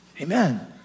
Amen